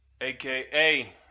aka